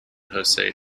jose